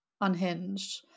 unhinged